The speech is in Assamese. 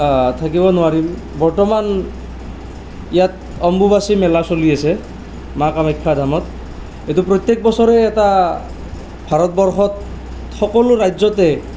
থাকিব নোৱাৰিম বৰ্তমান ইয়াত অম্বুবাচী মেলা চলি আছে মা কামাখ্যা ধামত এইটো প্ৰত্যেক বছৰেই এটা ভাৰতবৰ্ষত সকলো ৰাজ্যতেই